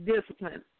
discipline